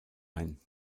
ein